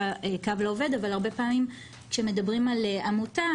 "קו לעובד" אבל כשמדברים על עמותה,